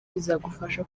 bizagufasha